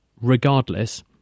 regardless